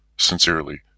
Sincerely